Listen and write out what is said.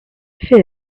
phil